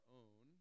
own